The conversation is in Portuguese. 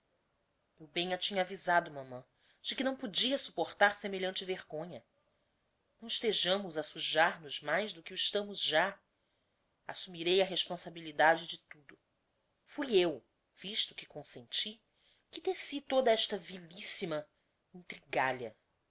bem a tinha avisado mamã de que não podia supportar semelhante vergonha não estejamos a sujar nos mais do que o estamos já assumirei a responsabilidade de tudo fui eu visto que consenti que teci toda esta vilissima